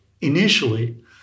initially